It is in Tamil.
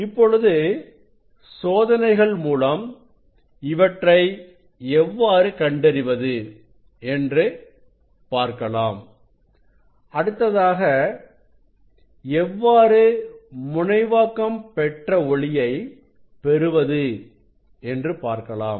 இப்பொழுது சோதனைகள் மூலம் இவற்றை எவ்வாறு கண்டறிவது என்று பார்க்கலாம் அடுத்ததாக எவ்வாறு முனைவாக்கம் பெற்ற ஒளியை பெறுவது என்று பார்க்கலாம்